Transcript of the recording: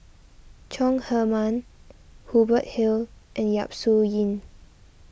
Chong Heman Hubert Hill and Yap Su Yin